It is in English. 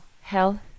hell